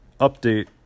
update